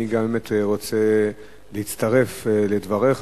אני גם באמת רוצה להצטרף לדבריך